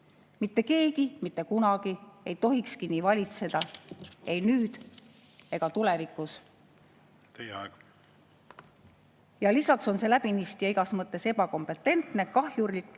Mitte keegi mitte kunagi ei tohikski nii valitseda, ei nüüd ega tulevikus. Teie aeg! Lisaks on see läbinisti, igas mõttes ebakompetentne ja kahjurlik